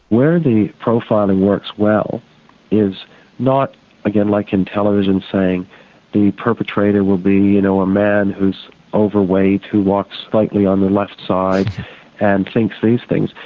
where the profiling works well is not again like in television saying the perpetrator will be you know a man who's overweight, walks sightly on the left side and thinks these things.